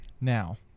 Now